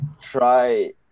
try